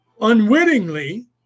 unwittingly